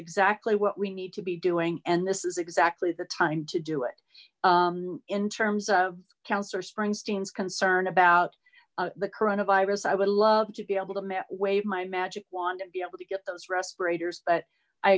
exactly what we need to be doing and this is exactly the time to do it in terms of councillor springsteen's concern about the coronavirus i would love to be able to mat wave my magic wand and be able to get those respirators but i